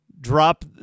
drop